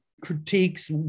critiques